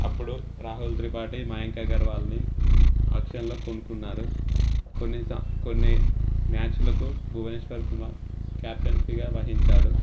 అప్పుడు రాహుల్ త్రిపాటి మయాంక్ అగర్వాల్ని ఆక్షన్లో కొనుక్కున్నారు కొన్ని కొన్ని మ్యాచులకు భువనేశ్వర్ కుమార్ క్యాప్టన్సీగా వహించాడు